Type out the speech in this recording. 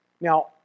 Now